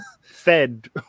fed